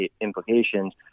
implications